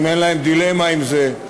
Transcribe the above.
אם אין להם דילמה עם זה,